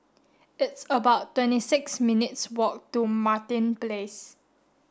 it's about twenty six minutes' walk to Martin Place